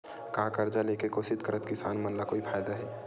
का कर्जा ले के कोशिश करात किसान मन ला कोई फायदा हे?